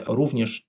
również